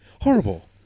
Horrible